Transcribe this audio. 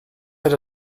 hit